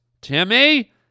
timmy